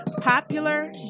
popular